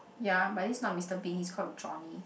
yeah but this is not Mister Bean he's called Johnny